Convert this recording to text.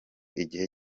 igihe